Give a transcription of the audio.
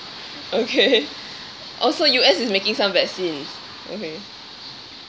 okay also U_S is making some vaccines okay